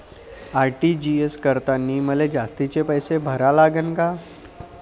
RTGS करतांनी मले जास्तीचे पैसे भरा लागन का?